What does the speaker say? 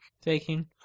Taking